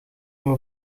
een